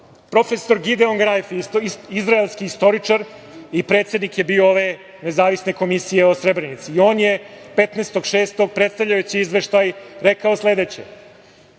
Profesor Gideon Grajf, izraelski istoričar i predsednik je bio ove Nezavisne komisije o Srebrenici. On je 15. juna, predstavljajući izveštaj rekao sledeće: